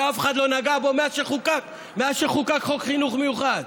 שאף אחד לא נגע בו מאז חוקק חוק חינוך מיוחד,